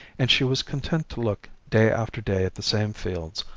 and she was content to look day after day at the same fields,